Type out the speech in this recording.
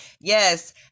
yes